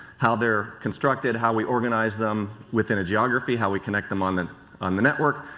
how they are constructed, how we organize them within a g eography, how we connect them on them on the network,